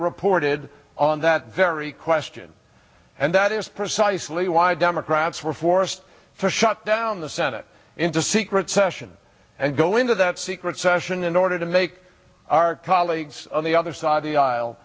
reported on that very question and that is precisely why democrats were forced to shut down the senate into secret session and go into that secret session in order to make our colleagues on the other side of the aisle